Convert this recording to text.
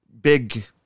big